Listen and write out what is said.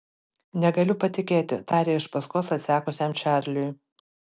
negaliu patikėti tarė iš paskos atsekusiam čarliui